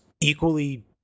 equally